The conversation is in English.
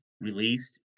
released